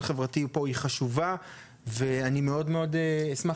חברתי פה היא חשובה מאוד ואני מאוד מאוד אשמח